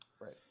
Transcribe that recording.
Right